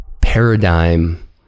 paradigm